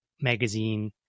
magazine